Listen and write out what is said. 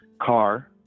car